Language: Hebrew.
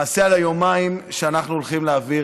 למעשה על היומיים שאנחנו הולכים להעביר,